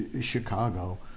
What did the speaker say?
Chicago